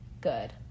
good